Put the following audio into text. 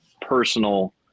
personal